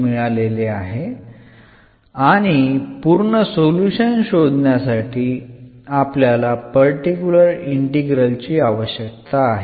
നമുക്ക് general solution കണ്ടെത്തുന്നതിന് complementary function ആവശ്യമാണ്